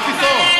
מה פתאום,